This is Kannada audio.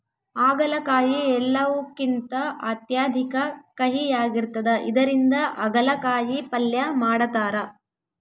ಆಗಲಕಾಯಿ ಎಲ್ಲವುಕಿಂತ ಅತ್ಯಧಿಕ ಕಹಿಯಾಗಿರ್ತದ ಇದರಿಂದ ಅಗಲಕಾಯಿ ಪಲ್ಯ ಮಾಡತಾರ